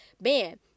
man